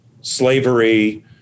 slavery